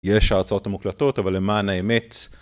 יש ההרצאות המוקלטות, אבל למען האמת...